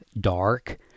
dark